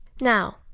Now